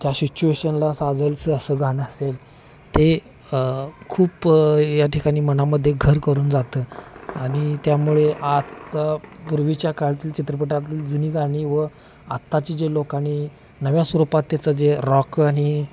त्या सिच्युएशनला साजेल असं असं गाणं असेल ते खूप या ठिकाणी मनामध्ये घर करून जातं आणि त्यामुळे आता पूर्वीच्या काळातील चित्रपटातील जुनी गाणी व आत्ताची जे लोकांनी नव्या स्वरूपात त्याचं जे रॉक आणि